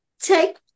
take